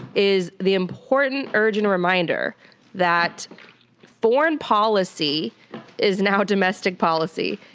is the important urgent reminder that foreign policy is now domestic policy.